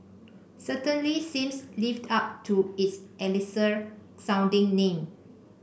certainly seems lives up to its elixir sounding name